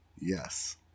Yes